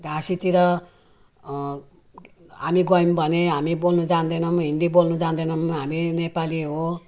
झाँसीतिर हामी गयौँ भने हामी बोल्न जान्दैनौँ हिन्दी बोल्न जान्दैनौँ हामी नेपाली हौँ